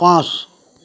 पांच